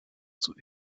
zur